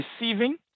receiving